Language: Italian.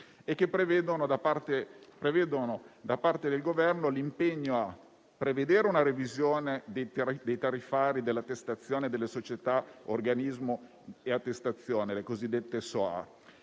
Essi prevedono, da parte del Governo, l'impegno a prevedere una revisione dei tariffari delle società organismo di attestazione, le cosiddette SOA,